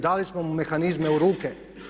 Dali smo mu mehanizme u ruke.